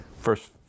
first